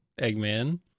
Eggman